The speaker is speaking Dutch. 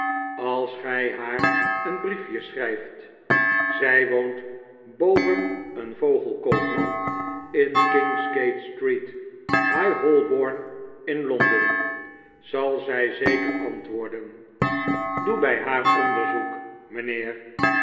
als gij haar een briefje schrijft zij woont boven een vogelkoopman in kingsgate street high holborn in londen zal zij zeker antwoorden doe bij haar onderzoek mijnheer